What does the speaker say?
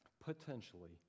potentially